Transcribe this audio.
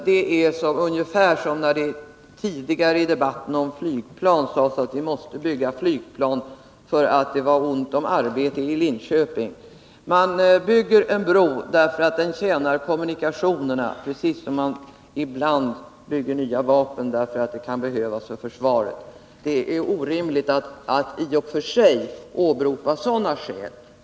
Det är ungefär som när det i debatten om flygplan sades att vi måste bygga flygplan därför att det var ont om arbete i Linköping. Man bygger en bro därför att den tjänar kommunikationerna — precis som man ibland tillverkar nya vapen därför att de kan behövas för försvaret. Det är orimligt att åberopa andra skäl.